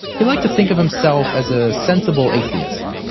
he liked to think of himself as a sensible atheist.